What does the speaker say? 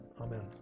Amen